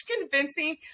convincing